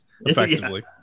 effectively